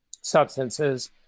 substances